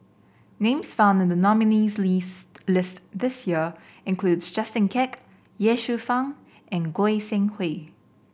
names found in the nominees' list this year include Justin Quek Ye Shufang and Goi Seng Hui